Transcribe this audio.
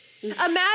Imagine